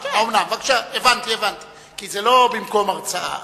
בבקשה, הבנתי, כי זה לא במקום הרצאה.